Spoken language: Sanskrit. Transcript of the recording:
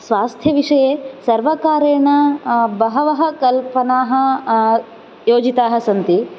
स्वास्थ्यविषये सर्वकारेण बहवः कल्पनाः योजिताः सन्ति